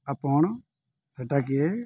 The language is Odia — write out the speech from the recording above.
ଆପଣ ସେଇଟା କିଏ